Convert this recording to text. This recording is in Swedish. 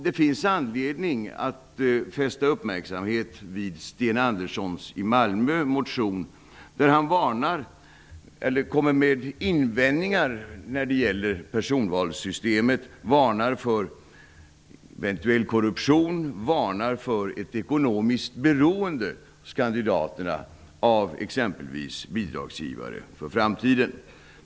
Det finns anledning att fästa uppmärksamhet vid den motion som Sten Andersson i Malmö har väckt. Han invänder mot personvalssystemet och varnar för eventuell korruption och ett ekonomiskt beroende hos kandidaterna av t.ex. bidragsgivare.